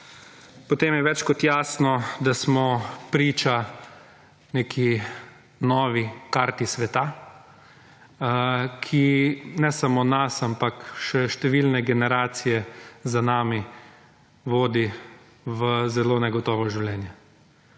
Potem je več kot jasno, da smo priča neki novi karti sveta, ki ne samo nas, ampak še številne generacije za nami vodi v zelo negotovo življenje.